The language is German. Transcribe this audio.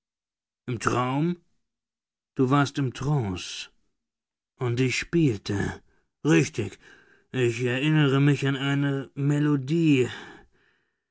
im traum du warst im trance und ich spielte richtig ich erinnere mich an eine melodie